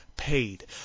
Paid